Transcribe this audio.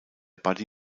buddy